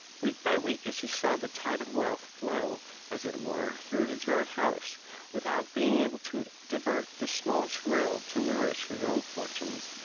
week by week, as he saw the tide of wealth flow as it were through his very house without being able to divert the smallest rill to nourish his own fortunes,